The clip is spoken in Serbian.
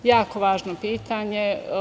Jako važno pitanje.